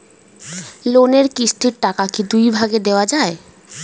লোনের কিস্তির টাকাকে কি দুই ভাগে দেওয়া যায়?